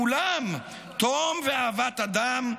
כולם תום ואהבת אדם,